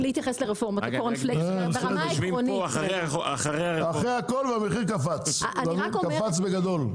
אחרי הכל המחיר קפץ ובגדול.